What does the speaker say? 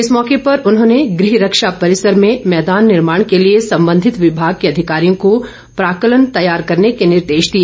इस मौके पर उन्होंने गृह रक्षा परिसर में मैदान निर्माण के लिए संबंधित विभाग के अधिकारियों को प्राक्कलन तैयार करने के निर्देश दिए